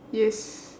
yes